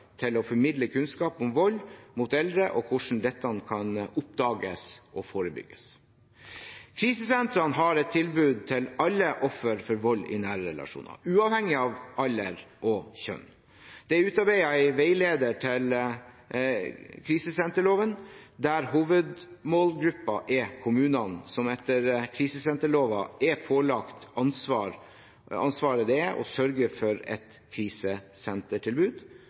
til å formidle kunnskap om vold mot eldre og hvordan dette kan oppdages og forebygges. Krisesentrene har et tilbud til alle ofre for vold i nære relasjoner, uavhengig av alder og kjønn. Det er utarbeidet en veileder til krisesenterloven, der hovedmålgruppen er kommunene, som etter krisesenterloven er pålagt det ansvaret det er å sørge for et krisesentertilbud,